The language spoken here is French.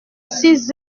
six